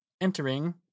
entering